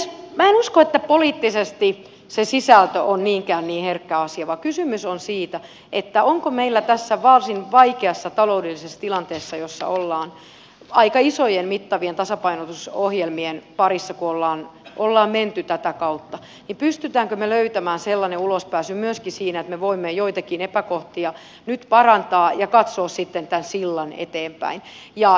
minä en usko että poliittisesti se sisältö on niinkään niin herkkä asia vaan kysymys on siitä pystymmekö me tässä varsin vaikeassa taloudellisessa tilanteessa jossa ollaan aika isojen mittavien tasapainotusohjelmien parissa kun ollaan menty tätä kautta löytämään sellaisen ulospääsyn myöskin siinä että me voimme joitakin epäkohtia nyt parantaa ja katsoa sitten tämän sillan eteenpäin